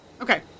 okay